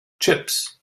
chips